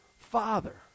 father